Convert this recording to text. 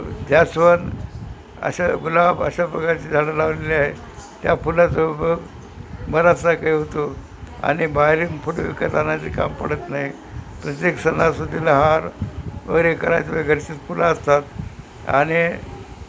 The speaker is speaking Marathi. जास्वंद अशा गुलाब अशा प्रकारची झाडं लावलेली आहे त्या फुलाचं बराचसा काही होतो आणि बाहेरून फुलं विकत आणायचे काम पडत नाही प्रत्येक सणासुदीला हार वगैरे करायचं व घरची फुलं असतात आणि